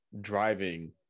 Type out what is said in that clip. driving